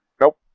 Nope